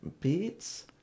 beads